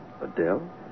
Adele